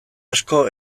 asko